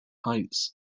heights